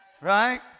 Right